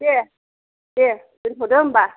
दे दे दोन्थ'दो होनबा